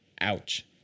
Ouch